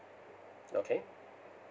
okay